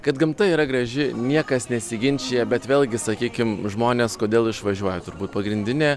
kad gamta yra graži niekas nesiginčija bet vėlgi sakykim žmonės kodėl išvažiuoja turbūt pagrindinė